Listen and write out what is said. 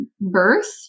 birth